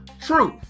truth